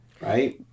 Right